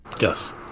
Yes